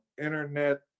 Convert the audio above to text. internet